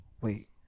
Wait